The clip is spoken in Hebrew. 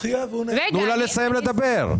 תנו לה לסיים לדבר.